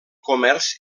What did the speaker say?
comerç